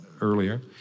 earlier